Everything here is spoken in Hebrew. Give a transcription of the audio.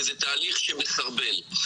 וזה תהליך שמסרבל.